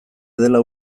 dela